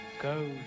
Go